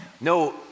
No